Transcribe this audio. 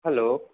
hello